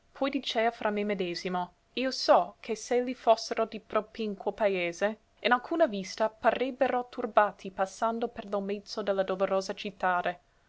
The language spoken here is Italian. poi dicea fra me medesimo io so che s'elli fossero di propinquo paese in alcuna vista parrebbero turbati passando per lo mezzo de la dolorosa cittade